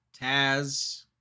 Taz